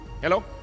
hello